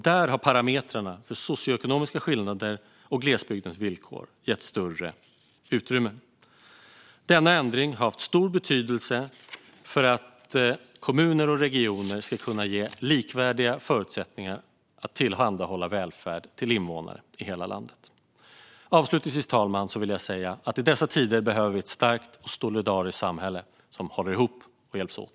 Där har parametrarna för socioekonomiska skillnader och glesbygdens villkor getts större utrymme. Denna ändring har haft stor betydelse för att ge kommuner och regioner likvärdiga förutsättningar att tillhandahålla välfärd till invånare i hela landet. Avslutningsvis, fru talman, vill jag säga att vi i dessa tider behöver ett starkt, solidariskt samhälle, som håller ihop och hjälps åt.